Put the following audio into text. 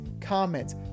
comments